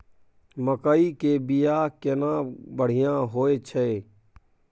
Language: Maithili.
मकई के बीया केना बढ़िया होय छै?